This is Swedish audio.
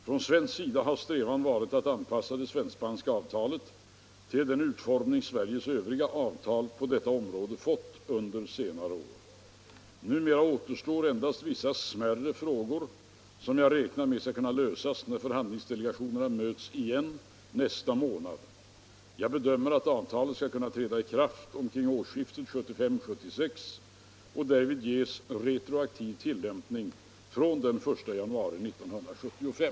Från svensk sida har strävan varit att anpassa det svensk-spanska avtalet till den utformning Sveriges övriga avtal på detta område fått under senare år. Numera återstår endast vissa smärre frågor, som jag räknar med skall kunna lösas när förhandlingsdelegationerna möts igen nästa månad. Jag bedömer att avtalet skall kunna träda i kraft omkring årsskiftet 1975-1976 och därvid ges retroaktiv tillämpning från 1 januari 1975.